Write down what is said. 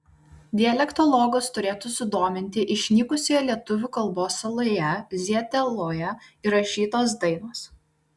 dialektologus turėtų sudominti išnykusioje lietuvių kalbos saloje zieteloje įrašytos dainos